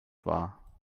war